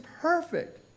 perfect